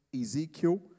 Ezekiel